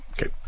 Okay